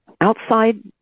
outside